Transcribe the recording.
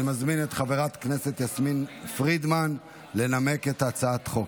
אני מזמין את חברת הכנסת יסמין פרידמן לנמק את הצעת החוק.